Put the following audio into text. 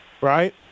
right